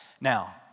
Now